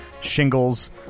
shingles